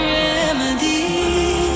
remedy